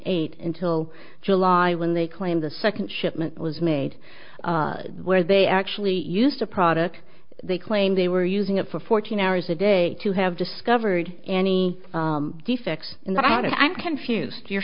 eight in till july when they claimed the second shipment was made where they actually used a product they claimed they were using it for fourteen hours a day to have discovered any defects in the pot and i'm confused you're